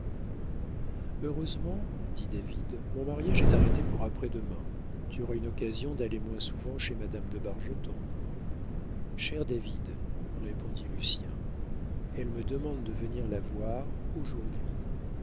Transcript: heureusement dit david mon mariage est arrêté pour après-demain tu auras une occasion d'aller moins souvent chez madame de bargeton cher david répondit lucien elle me demande de venir la voir aujourd'hui